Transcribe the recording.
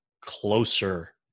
closer